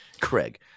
Craig